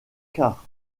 cars